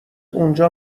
اونجا